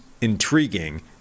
intriguing